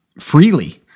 freely